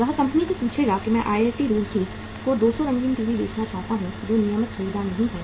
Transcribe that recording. वह कंपनी से पूछेगा कि मैं आईआईटी रुड़की को 200 रंगीन टीवी बेचना चाहता हूं जो नियमित खरीदार नहीं है